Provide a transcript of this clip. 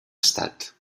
estat